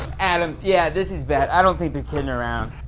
adam, yeah, this is bad, i don't think they're kidding around.